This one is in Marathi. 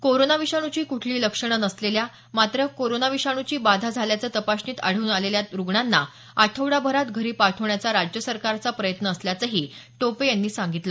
कोरोना विषाणूची कुठलीही लक्षणं नसलेल्या मात्र कोरोना विषाणूची बाधा झाल्याचे तपासणीत आढळून आलेल्या रुग्णांना आठवडाभरात घरी पाठवण्याचा राज्य सरकारचा प्रयत्न असल्याचंही टोपे यांनी सांगितलं